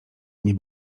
nie